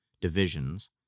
divisions